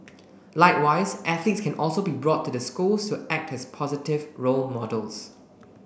likewise athletes can also be brought to the schools to act as positive role models